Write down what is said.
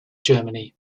germany